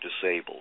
disabled